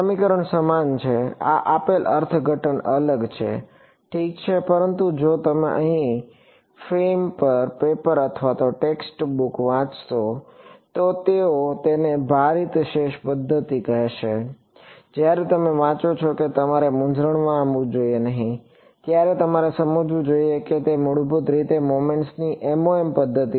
સમીકરણો સમાન છે આ આપેલ અર્થઘટન અલગ છે ઠીક છે પરંતુ જો તમે ફેમ પર પેપર અને ટેક્સ્ટ બુક વાંચશો તો તેઓ તેને ભારિત શેષ પદ્ધતિ કહેશે જ્યારે તમે વાંચો છો કે તમારે મૂંઝવણમાં આવવું જોઈએ નહીં ત્યારે તમારે સમજવું જોઈએ તે મૂળભૂત રીતે મોમેન્ટ્સની MOM પદ્ધતિ છે